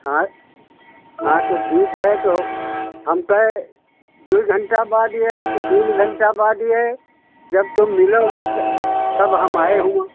हाँ हाँ तो ठीक है तो हम कहे दो घंटा के बाद आए की तीन घंटा बाद आए जब तुम मिलो तब हम आए हुआँ